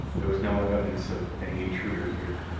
there was no evidence of any intruder here.